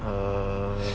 err